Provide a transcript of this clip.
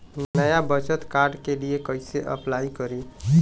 नया बचत कार्ड के लिए कइसे अपलाई करी?